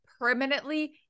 permanently